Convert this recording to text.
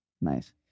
Nice